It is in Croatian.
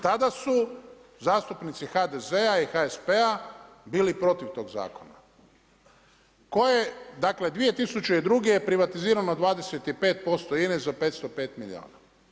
Tada su zastupnici HDZ-a i HSP-a bili protiv tog zakona. dakle, 2002. je privatizirano 25% INA-e za 505 milijuna.